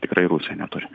tikrai rusija neturi